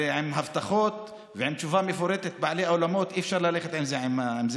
הרי עם הבטחות ועם תשובה מפורטת לבעלי האולמות אי-אפשר ללכת לבנק,